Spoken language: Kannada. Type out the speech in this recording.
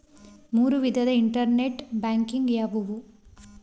ಮೂರು ವಿಧದ ಇಂಟರ್ನೆಟ್ ಬ್ಯಾಂಕಿಂಗ್ ಯಾವುವು?